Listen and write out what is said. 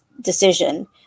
decision